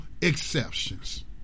exceptions